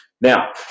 Now